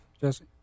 Jesse